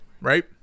right